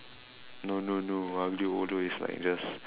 no no no Aglio-Olio is like just